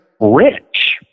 rich